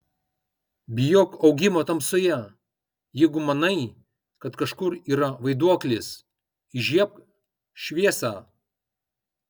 bijok augimo tamsoje jeigu manai kad kažkur yra vaiduoklis įžiebk šviesą